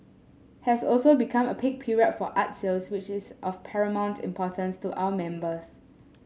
has also become a peak period for art sales which is of paramount importance to our members